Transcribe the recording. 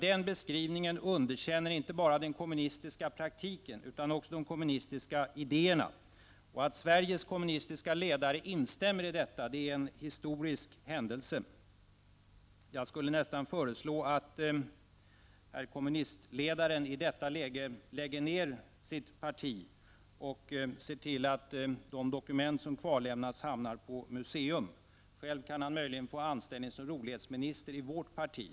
Den beskrivningen underkänner nämligen inte bara den kommunistiska praktiken utan också de kommunistiska idéerna, och att Sveriges kommunistiske ledare instämmer i detta är en historisk händelse. Jag skulle nästan föreslå att herr kommunistledaren i detta läge lägger ned sitt parti och ser till att de dokument som kvarlämnas hamnar på museum. Själv kan han möjligen få anställning som rolighetsminister i vårt parti.